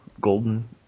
golden